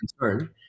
concern